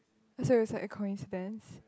so it's like a coincidence